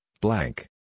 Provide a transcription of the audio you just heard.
blank